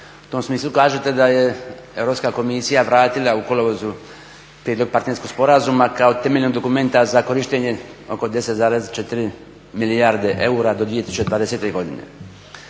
U tom smislu kažete da je Europska komisija vratila u kolovozu prijedlog partnerskog sporazuma kao temeljnog dokumenta za korištenje oko 10,4 milijarde eura do 2020. godine.